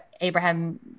Abraham